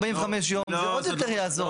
זה עוד יותר טוב.